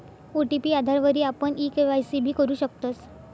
OTP आधारवरी आपण e KYC भी करु शकतस